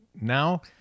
Now